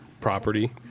property